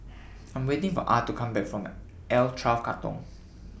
I Am waiting For Ah to Come Back from L twelve Katong